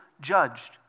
judged